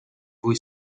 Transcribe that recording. voi